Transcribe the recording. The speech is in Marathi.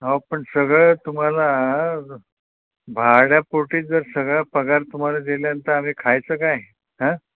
अहो पण सगळं तुम्हाला भाड्यापोटीच जर सगळा पगार तुम्हाला दिल्यानंतर आम्ही खायचं काय आं